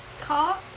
car